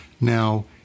Now